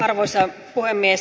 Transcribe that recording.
arvoisa puhemies